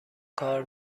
کار